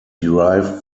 derived